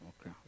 okay